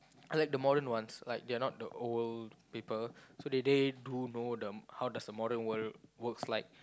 I like the modern ones like they're not the old people so they they do know the how does the modern world works like